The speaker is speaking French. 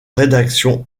rédaction